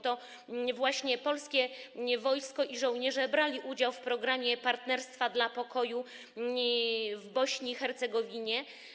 To właśnie polskie wojsko i polscy żołnierze brali udział w programie Partnerstwa dla Pokoju w Bośni i Hercegowinie.